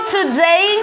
Today